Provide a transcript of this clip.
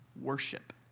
Worship